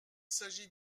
s’agit